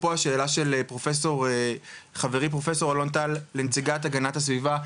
אפרופו השאלה של חברי פרופסור אלון טל לנציגת הגנת הסביבה.